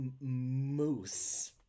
moose